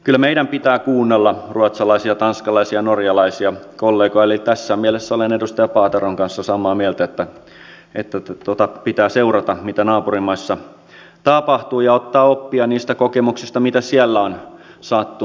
kyllä meidän pitää kuunnella ruotsalaisia tanskalaisia ja norjalaisia kollegoja eli tässä mielessä olen edustaja paateron kanssa samaa mieltä että pitää seurata mitä naapurimaissa tapahtuu ja ottaa oppia niistä kokemuksista mitä siellä on sattunut